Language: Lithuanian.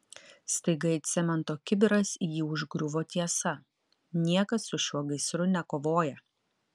staiga it cemento kibiras jį užgriuvo tiesa niekas su šiuo gaisru nekovoja